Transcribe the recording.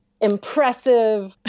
impressive